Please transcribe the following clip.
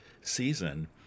season